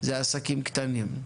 זה עסקים קטנים.